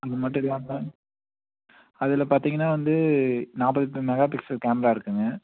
அது மட்டும் இல்லாமல் அதில் பார்த்திங்கன்னா வந்து நாற்பத்தெட்டு மெகா பிக்சல் கேமரா இருக்குங்க